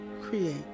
create